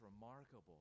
remarkable